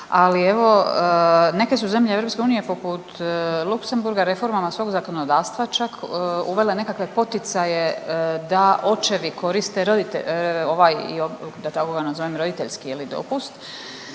ali evo, neke su zemlje EU poput Luksemburga reformama svog zakonodavstva čak uvele nekakve poticaje da očevi koriste ovaj, da tako nazovem, roditeljski,